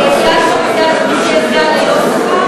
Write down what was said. והסגן שם הוא סגן חמישי ללא שכר.